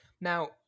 Now